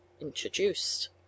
introduced